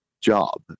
job